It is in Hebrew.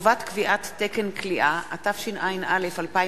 (חובת קביעת תקן כליאה), התשע”א 2011,